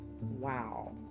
Wow